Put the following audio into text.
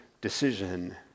decision